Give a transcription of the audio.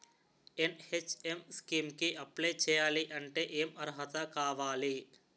NHM scheme కి apply చేయాలి అంటే ఏ అర్హత కావాలి?